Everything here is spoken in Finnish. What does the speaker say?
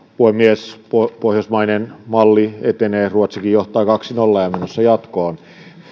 puhemies pohjoismainen malli etenee ruotsikin johtaa kaksi viiva nolla ja on menossa jatkoon